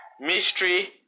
Mystery